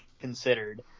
considered